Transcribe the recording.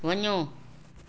वञो